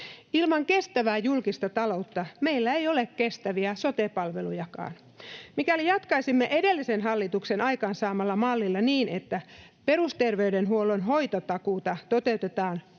Ilman kestävää julkista taloutta meillä ei ole kestäviä sote-palvelujakaan. Mikäli jatkaisimme edellisen hallituksen aikaansaamalla mallilla niin, että perusterveydenhuollon hoitotakuuta toteutetaan